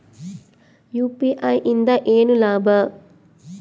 UPI ಇಂದ ಏನ್ ಲಾಭ?